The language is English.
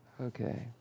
Okay